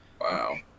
Wow